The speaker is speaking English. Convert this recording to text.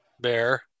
bear